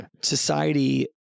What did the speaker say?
society